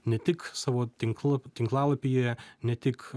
ne tik savo tinkl tinklalapyje ne tik